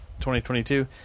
2022